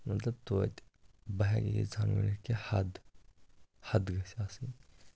مطلب تویتہِ بہٕ ہٮ۪کہٕ ییٖژہن ؤنِتھ کہِ حد حد گژھِ آسٕنۍ